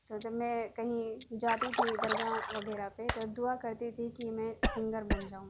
تو جب میں کہیں جاتی تھی درگاہ وغیرہ پہ تو دعا کرتی تھی کہ میں سنگر بن جاؤں